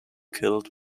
killed